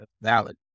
valid